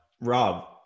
Rob